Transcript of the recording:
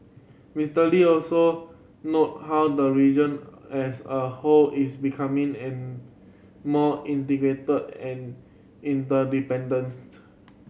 Mister Lee also noted how the region as a whole is becoming and more integrated and interdependent